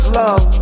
love